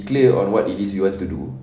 clear on what it is you want to do